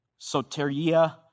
Soteria